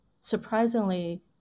Surprisingly